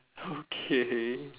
okay